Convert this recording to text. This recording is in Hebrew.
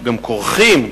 גם כורכים,